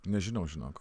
nežinau žinok